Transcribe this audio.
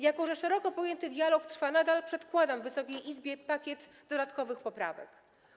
Jako że szeroko pojęty dialog trwa nadal, przedkładam Wysokiej Izbie pakiet dodatkowych poprawek.